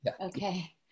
Okay